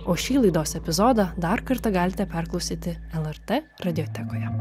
o šį laidos epizodą dar kartą galite perklausyti lrt radiotekoje